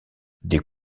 des